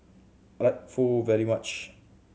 I like Pho very much